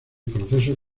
proceso